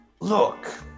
look